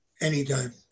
Anytime